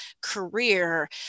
career